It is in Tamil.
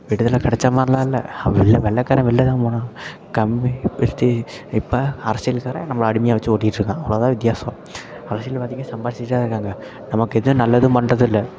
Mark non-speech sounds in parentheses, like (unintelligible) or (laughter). விடுதலை கிடச்ச மாதிரிலாம் இல்லை வெளியில் வெள்ளைக்காரன் வெளில தான் போனான் கம்பே இப்போ (unintelligible) இப்போ அரசியல்காரன் நம்மள அடிமையாக வச்சு ஓட்டிகிட்ருக்கான் அவ்வளோதான் வித்தியாசம் அரசியல்வாதிங்கள் சம்பாரிச்சுக்கிட்டு தான் இருக்காங்க நமக்கு எதுவும் நல்லதும் பண்ணுறது இல்லை